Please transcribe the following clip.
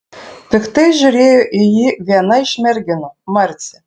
piktai žiūrėjo į jį viena iš merginų marcė